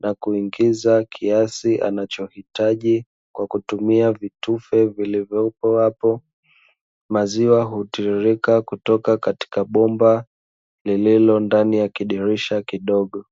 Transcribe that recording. na kuingiza kiasi anachohitaji kwa kutumia vitufe vilivyopo apo, maziwa hutiririka kutoka katika bomba lililo ndani ya kidirisha kidogo.